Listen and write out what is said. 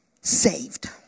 saved